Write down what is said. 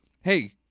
hey